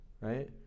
right